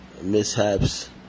mishaps